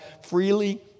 Freely